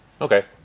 okay